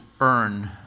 earn